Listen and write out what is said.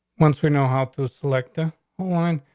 once we know how to select ah on,